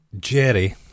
jerry